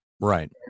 Right